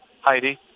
Heidi